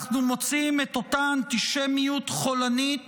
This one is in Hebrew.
אנחנו מוצאים את אותה אנטישמיות חולנית